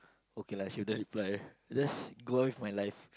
okay lah shouldn't reply just go on with my life